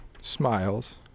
smiles